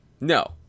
No